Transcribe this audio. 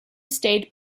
stayed